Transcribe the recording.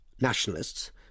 nationalists